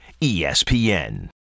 ESPN